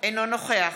אינו נוכח